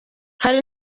hari